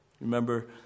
Remember